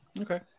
Okay